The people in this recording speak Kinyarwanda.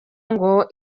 ngo